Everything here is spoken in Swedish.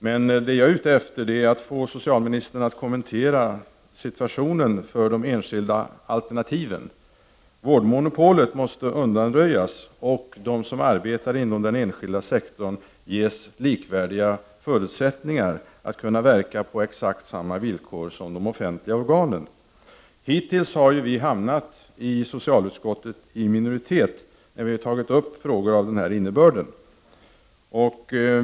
Men vad jag är ute efter är att få socialministern att kommentera situationen för de enskilda alternativen. Vårdmonopolet måste undanröjas och de som arbetar inom den enskilda sektorn ges likvärdiga förutsättningar att verka på exakt samma villkor som de offentliga organen. Hittills har vi hamnat i minoritet i socialutskottet när vi har tagit upp frågor av denna innebörd.